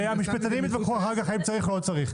המשפטנים יתווכחו אחר כך אם צריך או לא צריך.